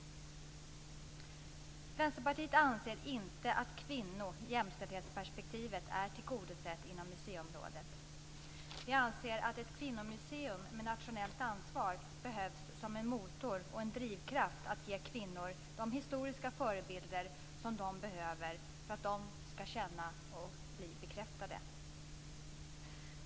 Vänsterpartiet anser inte att kvinno och jämställdhetsperspektivet är tillgodosett inom museiområdet. Vi anser att ett kvinnomuseum med nationellt ansvar behövs som en motor och en drivkraft att ge kvinnor de historiska förebilder som de behöver för att de ska känna att de blir bekräftade.